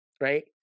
right